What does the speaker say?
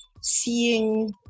seeing